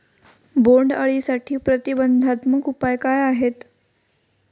बोंडअळीसाठी प्रतिबंधात्मक उपाय काय आहेत?